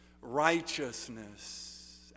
righteousness